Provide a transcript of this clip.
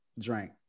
drank